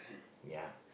ya